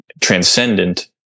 transcendent